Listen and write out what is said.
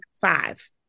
five